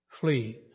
Flee